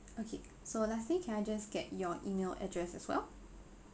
okay so lastly can I just get your email address as well